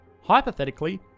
Hypothetically